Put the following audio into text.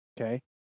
okay